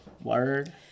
Word